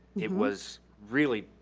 it was really,